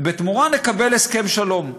ובתמורה נקבל הסכם שלום.